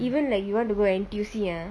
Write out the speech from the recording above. even like you want to go N_T_U_C ah